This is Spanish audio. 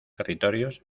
territorios